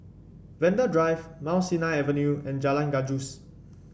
Vanda Drive Mount Sinai Avenue and Jalan Gajus